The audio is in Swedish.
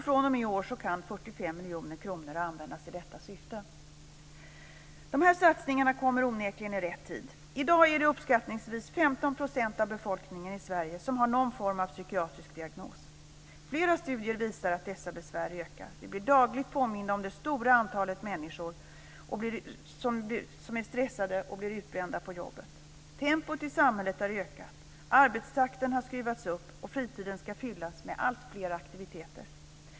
Från och med i år kan 45 miljoner kronor användas i detta syfte. Dessa satsningar kommer onekligen i rätt tid. I dag är det uppskattningsvis 15 % av befolkningen i Sverige som har någon form av psykiatrisk diagnos. Flera studier visar att dessa besvär ökar. Vi blir dagligt påminda om det stora antalet människor som stressar och blir utbrända på jobbet. Tempot i samhället har ökat. Arbetstakten skruvas upp och fritiden ska fyllas med alltfler aktiviteter.